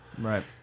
Right